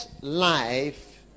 life